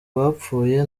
bapfuye